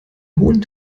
hohen